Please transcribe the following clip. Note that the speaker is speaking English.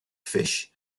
fish